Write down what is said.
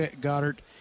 Goddard